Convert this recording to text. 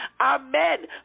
Amen